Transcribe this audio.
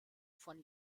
von